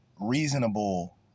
reasonable